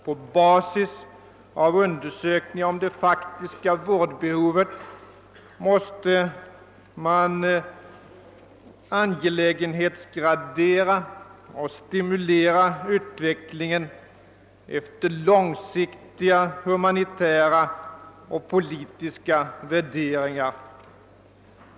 På basis av undersökningar om det faktiska vårdbehovet måste man angelägenhetsgradera och stimulera utvecklingen efter långsiktiga humanitära och politiska värderingar.